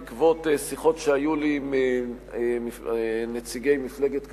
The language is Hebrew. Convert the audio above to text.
בעקבות שיחות שהיו לי עם נציגי מפלגת קדימה,